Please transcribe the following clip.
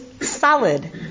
solid